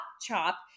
chop